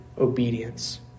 obedience